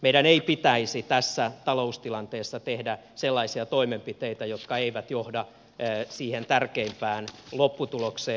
meidän ei pitäisi tässä taloustilanteessa tehdä sellaisia toimenpiteitä jotka eivät johda siihen tärkeimpään lopputulokseen